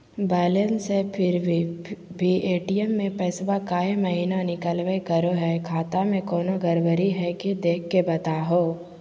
Balance है फिर भी भी ए.टी.एम से पैसा काहे महिना निकलब करो है, खाता में कोनो गड़बड़ी है की देख के बताहों?